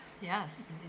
yes